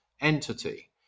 entity